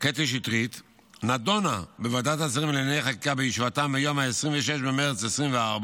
קטי שטרית נדונה בוועדת השרים לענייני חקיקה בישיבתה מיום 26 במרץ 2024,